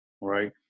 right